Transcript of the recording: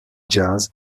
jazz